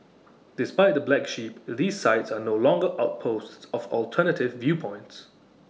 despite the black sheep these sites are no longer outposts of alternative viewpoints